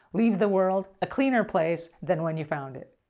leave the world a cleaner place than when you found it.